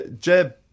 Jeb